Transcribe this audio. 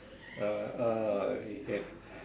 uh uh have